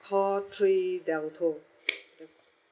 call three telco